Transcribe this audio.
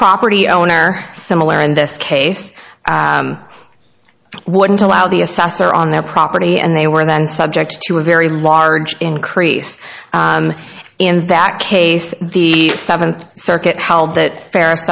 property owner similar in this case wouldn't allow the assessor on their property and they were then subject to a very large increase in that case the seventh circuit held that fair